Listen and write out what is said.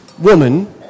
woman